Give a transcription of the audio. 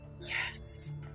Yes